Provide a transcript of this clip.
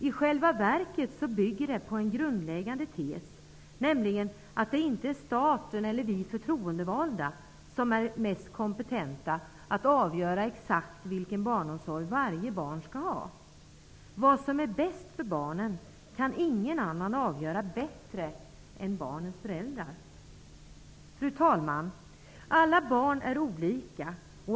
I själva verket bygger det på den grundläggande tesen, att det inte är staten eller vi förtroendevalda som är mest kompetenta att avgöra exakt vilken barnomsorg varje barn skall ha. Vad som är bäst för barnen kan ingen annan avgöra bättre än barnens föräldrar. Fru talman! Alla barn är olika.